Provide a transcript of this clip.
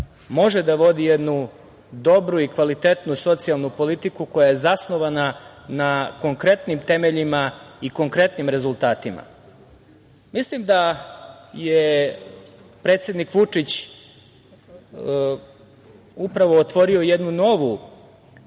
može da vodi jednu dobru i kvalitetnu socijalnu politiku koja je zasnovana na konkretnim temeljima i konkretnim rezultatima. Mislim da je predsednik Vučić upravo otvorio jednu novu